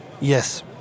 Yes